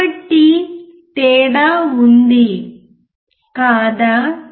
కాబట్టి తేడా ఉంది కాదా